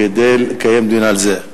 כדי לקיים דיון על זה.